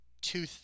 two